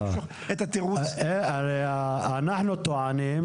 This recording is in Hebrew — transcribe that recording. אנחנו טוענים,